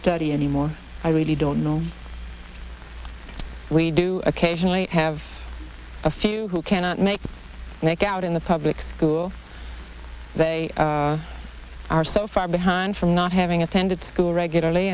study anymore i really don't know we do occasionally have a few who cannot make make out in the public school they are so far behind from not having attended school regularly